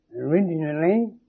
originally